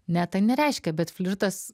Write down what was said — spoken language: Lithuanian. ne tai nereiškia bet flirtas